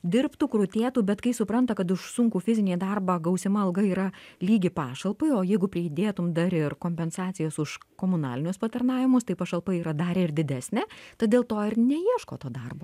dirbtų krutėtų bet kai supranta kad už sunkų fizinį darbą gausima alga yra lygi pašalpai o jeigu pridėtum dar ir kompensacijas už komunalinius patarnavimus tai pašalpa yra dar ir didesnė tad dėl to ir neieško to darbo